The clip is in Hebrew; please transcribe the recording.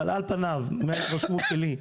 אבל על פניו מההתרשמות שלי,